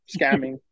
scamming